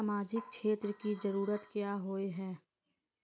सामाजिक क्षेत्र की जरूरत क्याँ होय है?